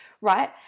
right